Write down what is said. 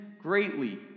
greatly